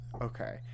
Okay